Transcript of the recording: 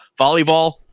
volleyball